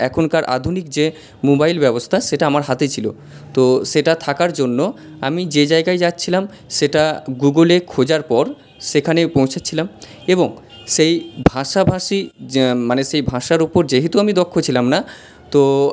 এখনকার আধুনিক যে মোবাইল ব্যবস্থা সেটা আমার হাতে ছিলো তো সেটা থাকার জন্য আমি যে জায়গায় যাচ্ছিলাম সেটা গুগুলে খোঁজার পর সেখানে পৌঁছাচ্ছিলাম এবং সেই ভাষাভাষী যে মানে সেই ভাষার ওপর যেহেতু আমি দক্ষ ছিলাম না তো